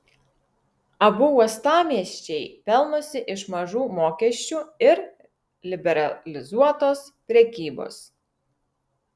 abu uostamiesčiai pelnosi iš mažų mokesčių ir liberalizuotos prekybos